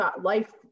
life